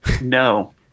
No